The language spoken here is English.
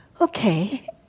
Okay